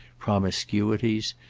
promiscuities,